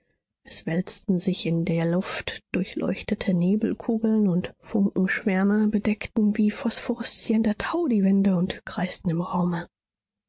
es wälzten sich in der luft durchleuchtete nebelkugeln und funkenschwärme bedeckten wie phosphoreszierender tau die wände und kreisten im raume